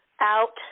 out